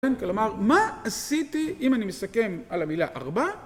כן, כלומר, מה עשיתי אם אני מסכם על המילה 4?